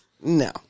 No